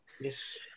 Yes